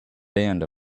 band